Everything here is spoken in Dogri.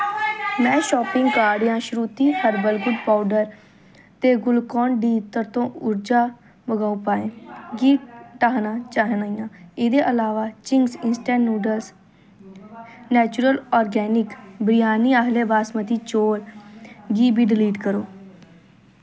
मैं शापिंग कार्ट यां श्रुतीज हर्बल गुड़ पौडर ते ग्लूकान डी तुर्त ऊर्जा बधाऊ पेय गी ढाना चाह्न्नां इं'दे अलावा Ching's instant noodles natural organics biryani आह्ले बासमती चौल गी बी डिलीट करो